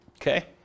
okay